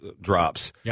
drops